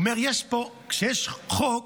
הוא אומר: כשיש חוק,